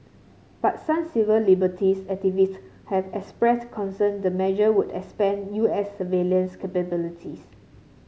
but some civil liberties activist have expressed concern the measure would expand U S surveillance capabilities